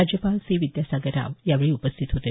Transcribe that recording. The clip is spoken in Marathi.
राज्यपाल सी विद्यासागर राव यावेळी उपस्थित होते